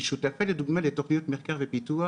היא שותפה לדוגמה לתוכניות מחקר ופיתוח